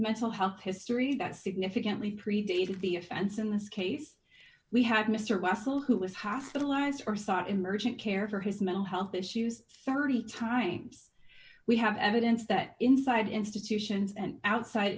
mental health history that significantly predated the offense in this case we had mr russell who was hospitalized for sought emergent care for his mental health issues thirty times we have evidence that inside institutions and outside